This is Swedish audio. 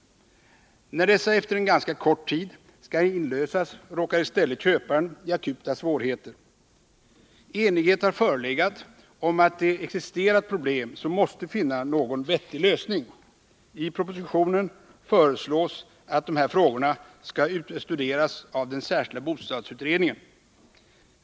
När dessa efter ganska kort tid skall inlösas råkar i stället köparen i akuta svårigheter. Enighet har förelegat om att det existerat problem som man måste finna någon vettig lösning på. I propositionen föreslås att dessa frågor skall studeras av den särskilda bostadsrättsutredningen.